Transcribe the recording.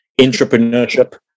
entrepreneurship